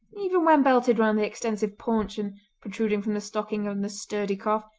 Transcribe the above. even when belted round the extensive paunch and protruding from the stocking on the sturdy calf,